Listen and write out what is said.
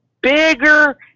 bigger